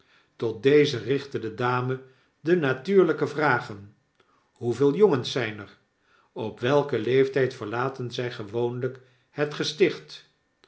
tot deze richtte de dame de natuurlyke vragen hoeveel jongens zyn er op welken leeftijd verlaten zy gewoonlyk het gesticht